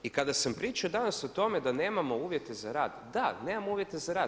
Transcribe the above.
I kada sam pričao danas o tome da nemamo uvjete za rad, da nemamo uvjete za rad.